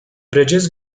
bridges